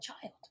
child